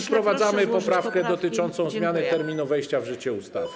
Wprowadzamy poprawkę dotyczącą zmiany terminu wejścia w życie ustawy.